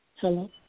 Hello